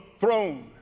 throne